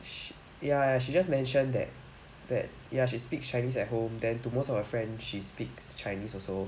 ya she just mention that that ya she speak chinese at home then to most of her friend she speaks chinese also